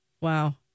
Wow